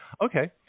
Okay